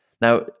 Now